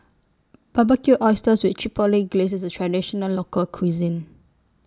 Barbecued Oysters with Chipotle Glaze IS A Traditional Local Cuisine